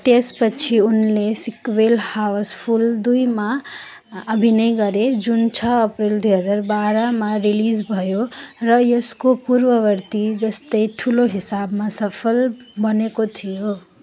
त्यसपछि उनले सिक्वेल हाउसफुल दुईमा अभिनय गरे जुन छ अप्रेल दुई हजार बाह्रमा रिलिज भयो र यसको पूर्ववर्ती जस्तै ठुलो हिसाबमा सफल बनेको थियो